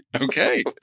okay